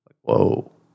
whoa